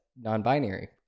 non-binary